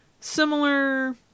similar